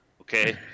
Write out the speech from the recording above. okay